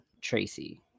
Tracy